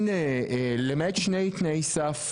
למעט שני תנאי סף,